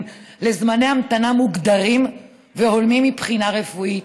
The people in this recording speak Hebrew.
לזמני המתנה מוגדרים והולמים מבחינה רפואית,